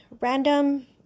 random